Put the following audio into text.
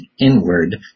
inward